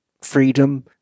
freedom